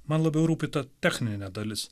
man labiau rūpi ta techninė dalis